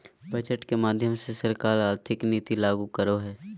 budget के माध्यम से सरकार आर्थिक नीति लागू करो हय